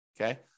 okay